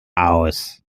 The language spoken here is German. aus